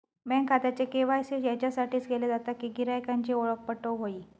bank खात्याचे KYC याच्यासाठीच केले जाता कि गिरायकांची ओळख पटोक व्हयी